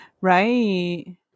right